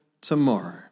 tomorrow